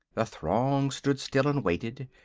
the throng stood still and waited.